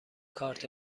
کارت